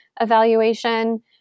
evaluation